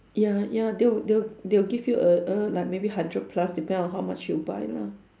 ya ya they will they will they will give you err err like maybe hundred plus depend on how much you buy lah